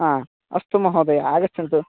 हा अस्तु महोदयः आगच्छन्तु